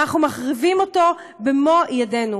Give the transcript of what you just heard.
ואנחנו מחריבים אותו במו-ידינו.